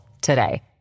today